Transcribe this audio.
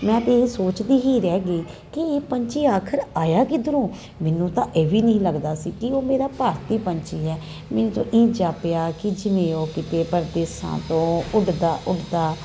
ਮੈਂ ਤੇ ਇਹ ਸੋਚਦੀ ਹੀ ਰਹਿ ਗਈ ਕਿ ਇਹ ਪੰਛੀ ਆਖ਼ਿਰ ਆਇਆ ਕਿਧਰੋਂ ਮੈਨੂੰ ਤਾਂ ਇਹ ਵੀ ਨੀ ਲੱਗਦਾ ਸੀ ਕੀ ਉਹ ਮੇਰਾ ਭਾਰਤੀ ਪੰਛੀ ਹੈ ਮੀਨਜ ਉਹ ਇੰਝ ਜਾਪਿਆ ਜਿਵੇਂ ਕੀ ਉਹ ਪ੍ਰਦੇਸਾਂ ਤੋਂ ਉੱਡਦਾ ਉੱਡਦਾ